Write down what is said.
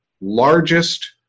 largest